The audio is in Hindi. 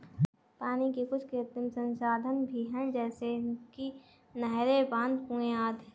पानी के कुछ कृत्रिम संसाधन भी हैं जैसे कि नहरें, बांध, कुएं आदि